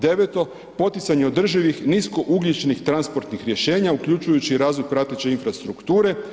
Deveto, poticanje održivih niskougljičnih transportnih rješenja uključujući i razvoj prateće infrastrukture.